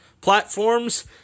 platforms